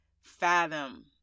fathom